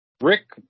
Rick